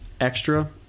Extra